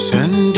Send